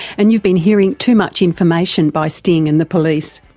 and you've been hearing too much information by sting and the police.